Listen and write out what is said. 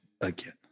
again